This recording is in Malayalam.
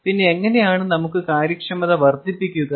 പിന്നെ എങ്ങനെയാണ് നമുക്ക് കാര്യക്ഷമത വർദ്ധിപ്പിക്കുക